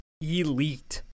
ELITE